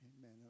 Amen